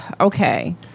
okay